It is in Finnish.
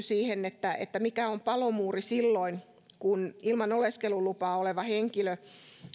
siihen mikä on palomuuri silloin kun ilman oleskelulupaa oleva henkilö